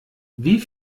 wie